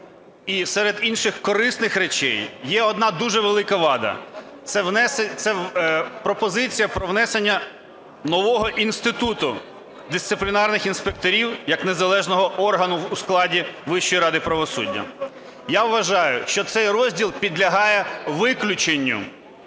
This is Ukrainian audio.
і серед інших корисних речей є одна дуже велика вада – це пропозиція про внесення нового інституту дисциплінарних інспекторів як незалежного органу у складі Вищої ради правосуддя. Я вважаю, що цей розділ підлягає виключенню,